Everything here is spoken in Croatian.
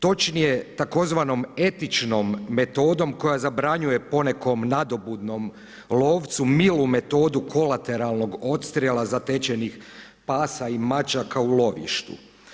Točnije, tzv. etičnom metodom koja zabranjuje ponekom nadobudnom lovcu, milu metodu kolateralnog odstrjela zatečenih pasa i mačaka u lovištu.